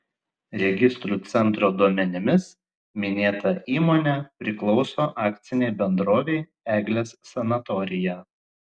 registrų centro duomenimis minėta įmonė priklauso akcinei bendrovei eglės sanatorija